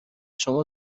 شما